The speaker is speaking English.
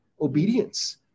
Obedience